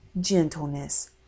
gentleness